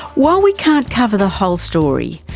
while we can't cover the whole story,